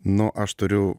nu aš turiu